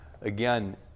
Again